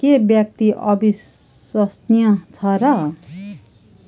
के व्यक्ति अविश्वसनीय छ र